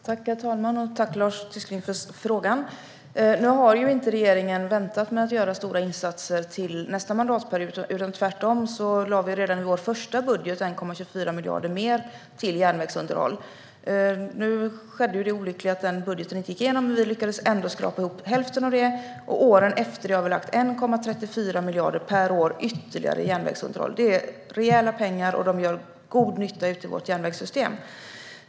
Herr talman! Tack, Lars Tysklind, för frågan! Regeringen har inte väntat med att göra stora insatser till nästa mandatperiod. Vi lade tvärtom redan i vår första budget 1,24 miljarder mer till järnvägsunderhåll. Nu skedde det olyckliga att den budgeten inte gick igenom, men vi lyckades ändå skrapa ihop hälften av det. Åren efter det har vi lagt 1,34 miljarder per år ytterligare till järnvägsunderhåll. Det är rejäla pengar, och de gör god nytta ute i vårt järnvägssystem.